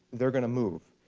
they're going to move,